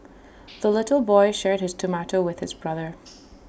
the little boy shared his tomato with his brother